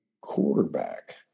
quarterback